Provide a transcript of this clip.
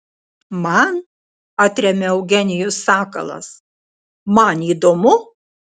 man atremia eugenijus sakalas man įdomu